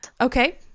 Okay